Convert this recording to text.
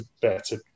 better